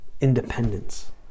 independence